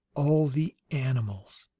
all the animals